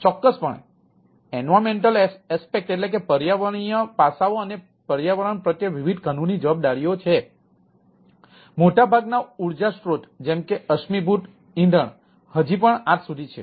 ચોક્કસપણે પર્યાવરણીય પાસાઓ હજી પણ આજ સુધી છે